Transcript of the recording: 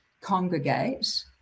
congregate